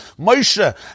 Moshe